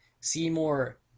Seymour